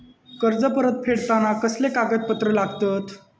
कर्ज परत फेडताना कसले कागदपत्र लागतत?